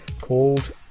called